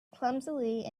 clumsily